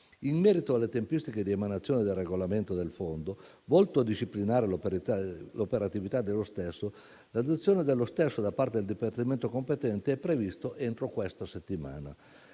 In merito alle tempistiche di emanazione del regolamento del Fondo, volto a disciplinare l'operatività dello stesso, l'adozione dello stesso da parte del Dipartimento competente è prevista entro questa settimana.